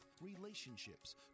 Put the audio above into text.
relationships